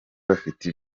bafite